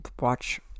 watch